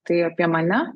tai apie mane